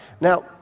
Now